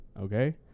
okay